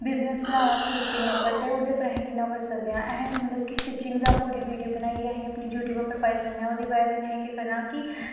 business बनां suit सीने उप्पर ते ओह्दे उप्पर अस कि'यां करी सकदे आं असें मतलब कि स्टिचिंग दी पूरी वीडियो बनाइयै अस अपने यूट्यूब उप्पर पाई सकने आं ओह्दा बज़ह् कन्नै असें केह् करना कि